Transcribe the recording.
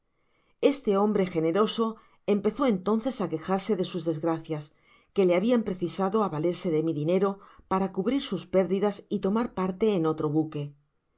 este hombre generoso empezó entonces á quejarse de sus desgracias que le habian precisado k valerse de mi dinero para cubrir sus pérdidas y tomar parte en otro buque